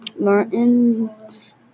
Martin's